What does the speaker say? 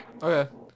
Okay